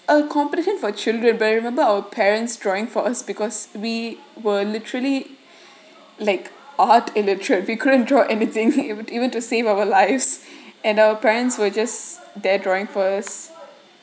a competition for children but I remember our parents drawing for us because we were literally like art illiterate we couldn't draw anything it would even to save our lives and our parents were just there drawing first